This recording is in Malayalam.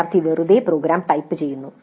വിദ്യാർത്ഥി വെറുതെ പ്രോഗ്രാം ടൈപ്പുചെയ്യുന്നു